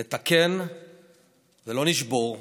נתקן ולא נשבור,